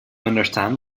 understand